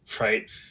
Right